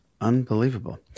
Unbelievable